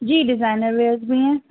جی designer wears بھی ہیں